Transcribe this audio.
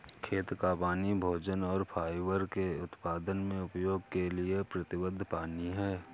खेत का पानी भोजन और फाइबर के उत्पादन में उपयोग के लिए प्रतिबद्ध पानी है